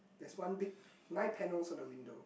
there's one big nine panels on the window